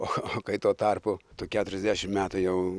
aha kai tuo tarpu tu keturiasdešimt metų jau